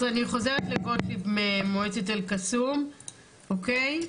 אז אני חוזרת לגוטליב ממועצת אל-קסום, אוקיי,